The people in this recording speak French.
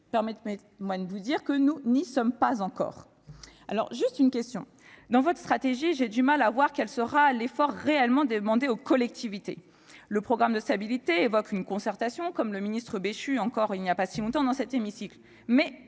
Permettez-moi de vous dire que nous n'y sommes pas encore ! Dans votre stratégie, j'ai du mal à voir quel sera l'effort réellement demandé aux collectivités territoriales. Le programme de stabilité évoque une concertation, comme le ministre Béchu le disait lui-même il n'y a pas si longtemps dans cet hémicycle.